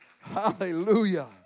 Hallelujah